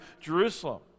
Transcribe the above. Jerusalem